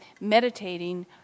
meditating